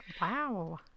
Wow